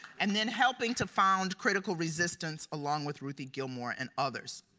and then helping to found critical resistance along with ruthie gilmore and others.